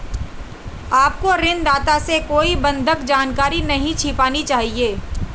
आपको ऋणदाता से कोई बंधक जानकारी नहीं छिपानी चाहिए